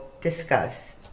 discuss